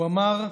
הוא אמר: